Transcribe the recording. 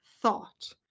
thought